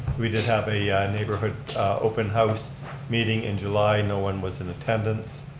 we did have a neighborhood open house meeting in july. no one was in attendance.